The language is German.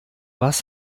was